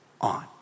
on